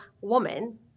woman